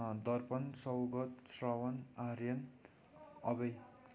Darpan Saugat Shravan Aryan Abhay